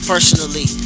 Personally